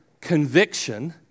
conviction